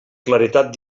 claredat